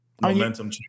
momentum